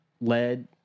lead